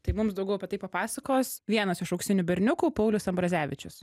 tai mums daugiau apie tai papasakos vienas iš auksinių berniukų paulius ambrazevičius